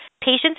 Patients